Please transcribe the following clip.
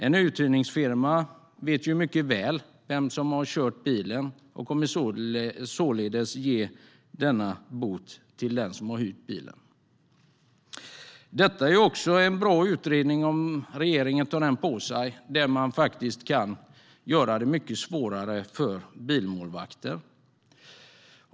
En uthyrningsfirma vet mycket väl vem som har kört bilen och kommer således att ge denna bot till den som hyrt bilen. Detta är också en bra utredning - om regeringen tar den på sig - där man kan göra det mycket svårare för bilmålvakter.